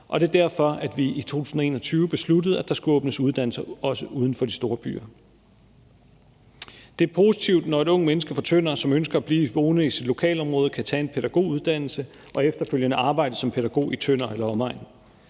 og det er derfor, at vi i 2021 besluttede, at der skulle åbnes uddannelser også uden for de store byer. Det er positivt, når et ungt menneske fra Tønder, som ønsker at blive boende i sit lokalområde, kan tage en pædagoguddannelse og efterfølgende arbejde som pædagog i Tønder eller omegn.